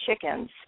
chickens